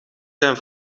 zijn